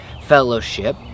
Fellowship